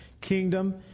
kingdom